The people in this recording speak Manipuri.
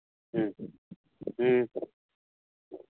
ꯎꯝ ꯎꯝ